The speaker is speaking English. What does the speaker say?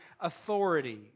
authority